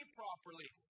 properly